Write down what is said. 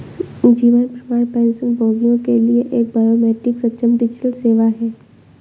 जीवन प्रमाण पेंशनभोगियों के लिए एक बायोमेट्रिक सक्षम डिजिटल सेवा है